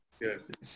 good